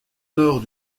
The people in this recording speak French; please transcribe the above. nord